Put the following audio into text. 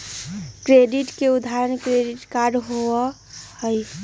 credit के उदाहरण credit card हई